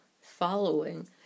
following